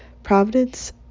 Providence